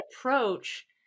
approach